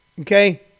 okay